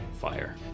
fire